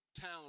town